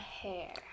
hair